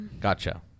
Gotcha